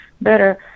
better